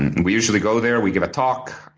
and and we usually go there. we give a talk,